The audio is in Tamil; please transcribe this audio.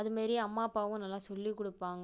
அது மாரி அம்மாப்பாவும் நல்லா சொல்லிக் கொடுப்பாங்க